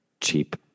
cheap